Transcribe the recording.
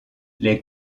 les